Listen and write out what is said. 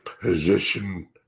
position